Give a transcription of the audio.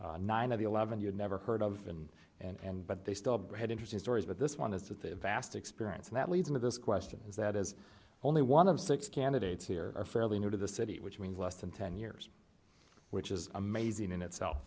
the eleven you never heard of and and but they still had interesting stories but this one is that the vast experience that leads into this question is that is only one of six candidates here are fairly new to the city which means less than ten years which is amazing in itself